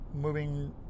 moving